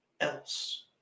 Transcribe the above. else